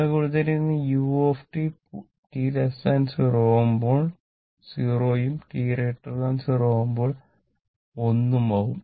ഇവിടെ കൊടുത്തിരിക്കുന്ന u t0 ആവുമ്പോൾ 0 ഉം t0 ആവുമ്പോൾ 1 ഉം ആവും